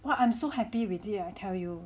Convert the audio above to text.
!wah! I'm so happy with it I tell you